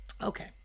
Okay